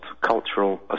cultural